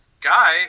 guy